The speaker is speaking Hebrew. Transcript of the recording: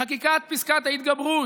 חקיקת פסקת ההתגברות,